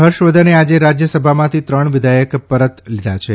ફર્ષ વર્ધનને આજે રાજ્યસભામાંથી ત્રણ વિધેયક પરત લીધા છે